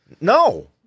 No